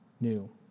new